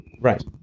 Right